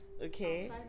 Okay